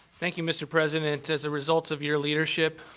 thank you, mr. president. as a result of your leadership,